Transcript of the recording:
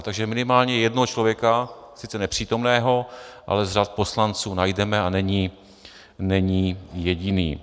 Takže minimálně jednoho člověka, sice nepřítomného, ale z řad poslanců najdeme a není jediný.